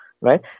right